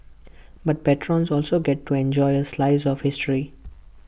but patrons also get to enjoy A slice of history